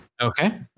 Okay